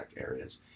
areas